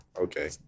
okay